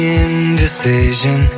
indecision